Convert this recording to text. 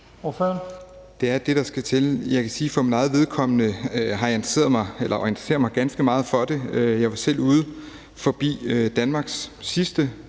Det er det, der skal til. Jeg kan sige for mit eget vedkommende, at jeg har interesseret mig og interesserer mig ganske meget for det. Jeg var selv ude forbi Danmarks sidste